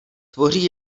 tvoří